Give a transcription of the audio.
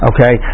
Okay